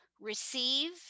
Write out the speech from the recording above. receive